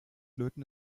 löten